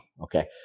Okay